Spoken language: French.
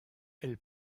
elle